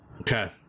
Okay